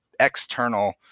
external